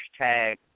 hashtag